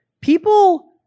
People